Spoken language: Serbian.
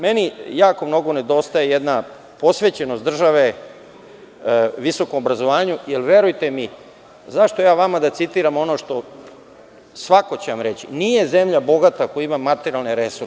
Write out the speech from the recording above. Meni jako mnogo nedostaje jedna posvećenost države visokom obrazovanju, jer verujte mi, zašto ja vama da citiram ono što će vam svako reći, nije zemlja bogata ako ima materijalne resurse.